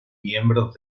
miembros